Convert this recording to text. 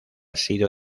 sido